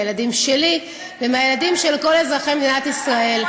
מהילדים שלי ומהילדים של כל אזרחי מדינת ישראל.